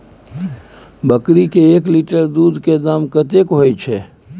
बकरी के एक लीटर दूध के दाम कतेक होय छै?